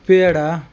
peda